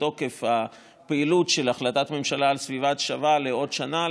תוקף הפעילות של החלטת ממשלה על "סביבה שווה" לעוד שנה,